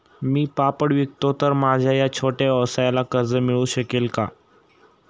मी पापड विकतो तर माझ्या या छोट्या व्यवसायाला कर्ज मिळू शकेल का?